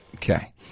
Okay